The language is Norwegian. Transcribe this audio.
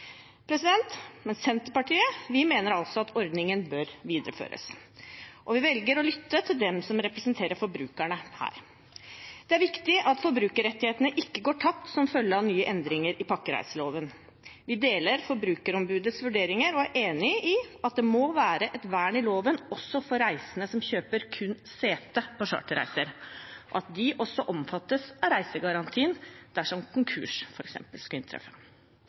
Senterpartiet mener altså at ordningen bør videreføres, og vi velger å lytte til dem som representerer forbrukerne her. Det er viktig at forbrukerrettighetene ikke går tapt som følge av nye endringer i pakkereiseloven. Vi deler Forbrukerombudets vurderinger og er enig i at det må være et vern i loven også for reisende som kun kjøper sete på charterreiser – at de også omfattes av reisegarantien dersom f.eks. konkurs skulle inntreffe.